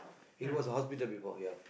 it was a hospital before ya